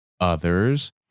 others